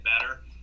better